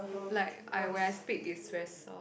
like I when I speak it's very soft